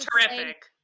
terrific